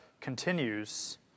continues